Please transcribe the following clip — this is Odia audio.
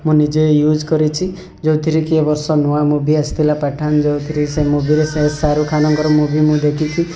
ମୁଁ ନିଜେ ଇୟୁଜ କରିଛି ଯେଉଁଥିରେ କି ଏ ବର୍ଷ ନୂଆ ମୁଭି ଆସିଥିଲା ପଠାନ ଯେଉଁଥିରେ ସେ ମୁଭିରେ ସେ ସାରୁଖାନଙ୍କର ମୁଭି ମୁଁ ଦେଖିଛି